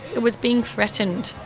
it was being threatened,